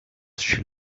she